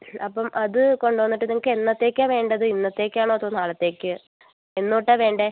അപ്പം അത് കൊണ്ടുവന്നിട്ട് നിങ്ങൾക്ക് എന്നത്തേക്കാണ് വേണ്ടത് ഇന്നത്തേക്കാണോ അതോ നാളത്തേക്ക് എന്ന് തൊട്ടാണ് വേണ്ടത്